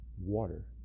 water